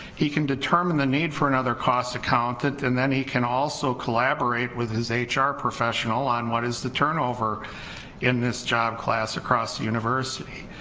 he can determine the need for another cost accountant and then he can also collaborate with his ah hr professional on what is the turnover in this job class across university,